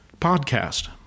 podcast